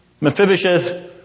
Mephibosheth